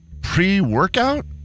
pre-workout